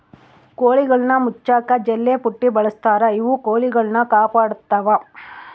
ಕೋಳಿಗುಳ್ನ ಮುಚ್ಚಕ ಜಲ್ಲೆಪುಟ್ಟಿ ಬಳಸ್ತಾರ ಇವು ಕೊಳಿಗುಳ್ನ ಕಾಪಾಡತ್ವ